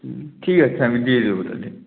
হুম ঠিক আছে আমি দিয়ে দেবো তাহলে